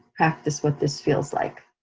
practice what this feels like.